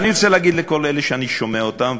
אני רוצה להגיד לכל אלה שאני שומע אותם,